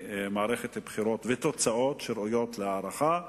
ותוצאות שראויות להערכה,